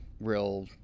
real